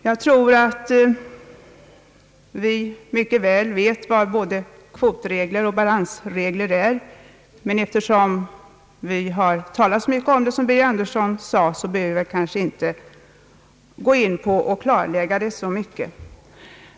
Jag tror att vi mycket väl vet vad både kvotregler och balansregler är, och eftersom vi har talat så mycket om det, såsom herr Birger Andersson sade, behöver vi inte gå in på det och klarlägga det mera.